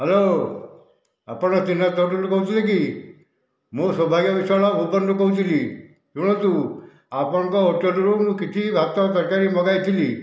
hello ଆପଣ ତ୍ରିନାଥ ହୋଟେଲରୁ କହୁଥିଲେ କି ମୁଁ ସୌଭାଗ୍ୟ ବିଶ୍ୱାଳ ଭୁବନରୁ କହୁଥିଲି ଶୁଣନ୍ତୁ ଆପଣଙ୍କ ହୋଟେଲରୁ ମୁଁ କିଛି ଭାତ ତରକାରୀ ମଗାଇଥିଲି